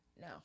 No